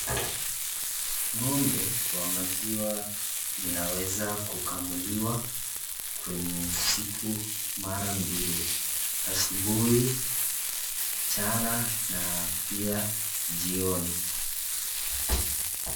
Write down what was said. Ng'ombe wa maziwa inaweza kukamuliwa kwenye siku mara mbili, asubuhi, mchana na pia jioni.